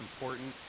important